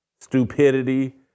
stupidity